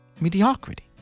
mediocrity